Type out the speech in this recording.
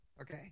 Okay